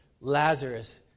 Lazarus